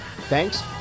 Thanks